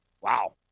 Wow